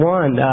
one